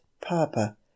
Papa